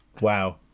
Wow